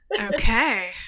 Okay